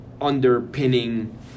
underpinning